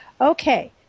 Okay